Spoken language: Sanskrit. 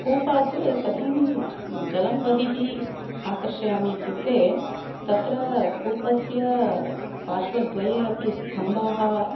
कूपात् कथं जलं बहिः आकर्षयामि इत्युक्ते तत्र कूपस्य पार्श्वे द्वये अपि स्तम्भाः